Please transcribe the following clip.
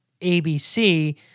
ABC